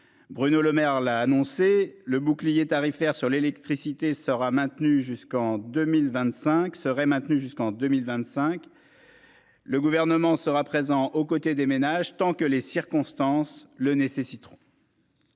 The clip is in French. Bruno Lemaire l'a annoncé le bouclier tarifaire sur l'électricité sera maintenu jusqu'en 2025 serait maintenu jusqu'en 2025. Le gouvernement sera présent aux côtés des ménages tant que les circonstances le nécessiteront.